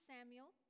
Samuel